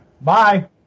bye